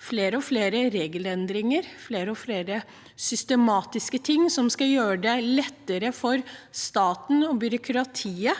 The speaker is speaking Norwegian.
flere og flere regelendringer, flere og flere systematiske ting som skal gjøre det lettere for staten og byråkratiet,